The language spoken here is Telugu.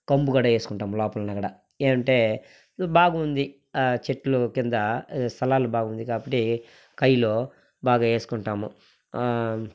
కంపు కూడా ఏసుకుంటాం లోపలున్నా కూడా ఏమంటే బాగుంది ఆ చెట్లు కింద స్థలాలు బాగుంది కాబట్టి కయిలో బాగా ఏసుకుంటాము